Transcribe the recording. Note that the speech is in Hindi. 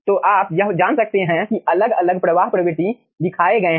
तो आप यह जान सकते हैं कि अलग अलग प्रवाह प्रवृत्ति दिखाए गए हैं